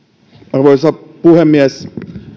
arvoisa puhemies